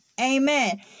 Amen